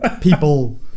people